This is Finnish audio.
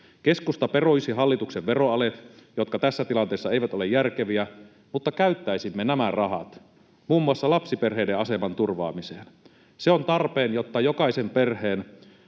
Keskusta peruisi hallituksen veroalet, jotka tässä tilanteessa eivät ole järkeviä, mutta käyttäisimme nämä rahat muun muassa lapsiperheiden aseman turvaamiseen. Se on tarpeen, jotta jokaisen perheen